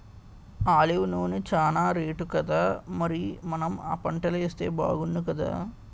olive నూనె చానా రేటుకదా మరి మనం ఆ పంటలేస్తే బాగుణ్ణుకదా